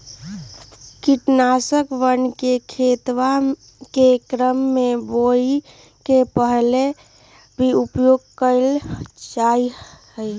कीटनाशकवन के खेतवा के क्रम में बुवाई के पहले भी उपयोग कइल जाहई